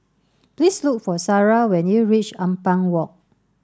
please look for Sarrah when you reach Ampang Walk